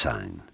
Sign